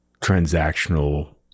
transactional